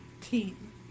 team